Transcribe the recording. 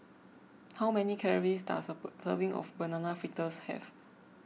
how many calories does a serving of Banana Fritters have